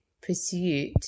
pursuit